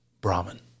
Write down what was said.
Brahman